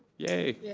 yay, yeah